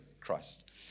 Christ